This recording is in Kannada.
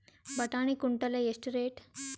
ಬಟಾಣಿ ಕುಂಟಲ ಎಷ್ಟು ರೇಟ್?